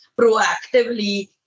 proactively